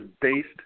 based